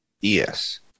yes